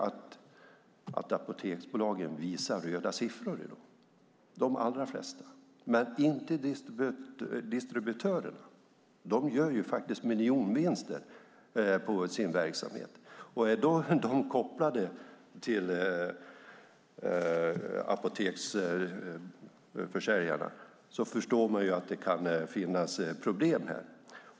Apoteksbolagen visar röda siffror i dag, de allra flesta, men inte distributörerna. De gör faktiskt miljonvinster på sin verksamhet. Är de då kopplade till försäljarna förstår man att det kan finnas problem.